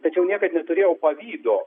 tačiau niekad neturėjau pavydo